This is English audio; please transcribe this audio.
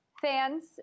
fans